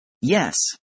Yes